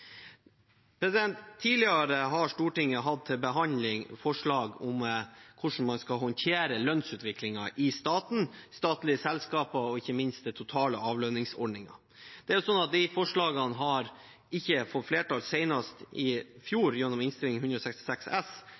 Tidligere har Stortinget hatt til behandling forslag om hvordan man skal håndtere lønnsutviklingen i staten, i statlige selskaper og ikke minst den totale avlønningsordningen. De forslagene har ikke fått flertall. Senest i fjor, gjennom Innst. 166 S